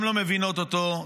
גם לא מבינות אותו,